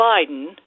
Biden